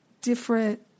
different